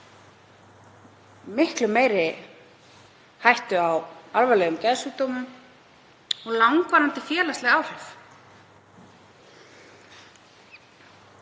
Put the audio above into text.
miklu meiri hættu á alvarlegum geðsjúkdómum og langvarandi félagsleg áhrif.